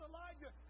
Elijah